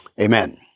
Amen